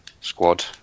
squad